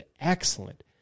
excellent